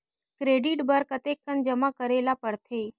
Credit बर कतेकन जमा करे ल पड़थे?